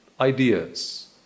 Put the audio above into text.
Ideas